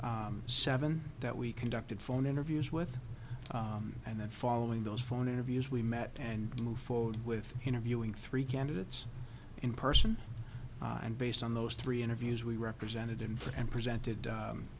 to seven that we conducted phone interviews with and then following those phone interviews we met and move forward with interviewing three candidates in person and based on those three interviews we represented and for and presented